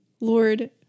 Lord